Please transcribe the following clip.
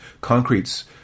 Concrete's